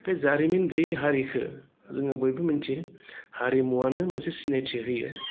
बे जारिमिन गैयै हारिखौ जोङो बयबो मोन्थियो हारिमुआनो मोनसे सिनायथि होयो